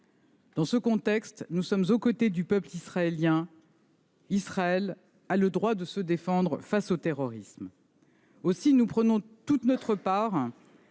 Dans ce contexte, nous sommes aux côtés du peuple israélien. Israël a le droit de se défendre face au terrorisme. Nous prenons toute notre part